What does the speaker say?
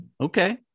Okay